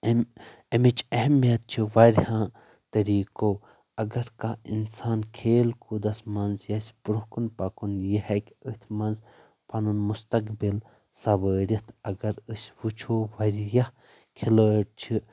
ام امِچ اہمیت تہِ چھِ وارِیاہو طریٖقو اگر کانہہ انسان کھیل کوٗدس منٛز یژھِ برٛونہہ کن پکُن یہِ ہیکہِ اتھ منٛز پنُن مستقبل سوٲرتھ اگر أسۍ وٕچھو وارِیاہ کِھلٲڑۍ چھِ